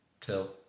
till